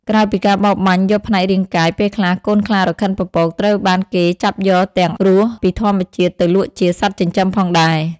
ក្រៅពីការបរបាញ់យកផ្នែករាងកាយ ពេលខ្លះ កូនខ្លារខិនពពក ត្រូវបានគេចាប់យកទាំងរស់ពីធម្មជាតិទៅលក់ជា សត្វចិញ្ចឹមផងដែរ។